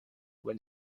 when